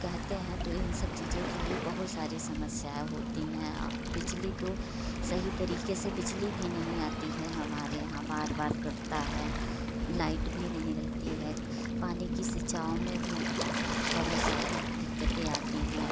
कहते हैं तो इन सब चीज़ों के लिए बहुत सारी समस्याएँ होती हैं बिजली तो सही तरीके से बिजली भी नहीं आती है हमारे यहाँ बार बार कटता है लाइट भी नहीं रहती है पानी की सिंचाव में भी बहुत सारी दिक्कतें आती हैं